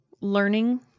learning